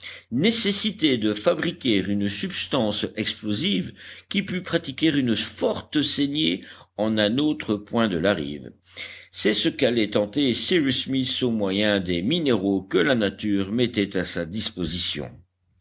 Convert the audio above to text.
nécessité de fabriquer une substance explosive qui pût pratiquer une forte saignée en un autre point de la rive c'est ce qu'allait tenter cyrus smith au moyen des minéraux que la nature mettait à sa disposition